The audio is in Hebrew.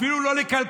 אפילו לא לכלכלה,